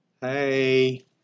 Hey